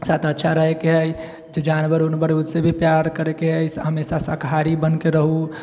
साथ अच्छा रहेके हइ जानवर उनवर से भी प्यार करेके हइ हमेशा शाकाहारी बनके रहूंँ